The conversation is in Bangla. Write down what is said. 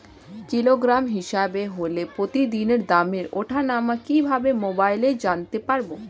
কিলোগ্রাম হিসাবে হলে প্রতিদিনের দামের ওঠানামা কিভাবে মোবাইলে জানতে পারবো?